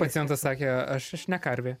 pacientas sakė aš aš ne karvė